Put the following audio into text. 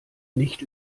nicht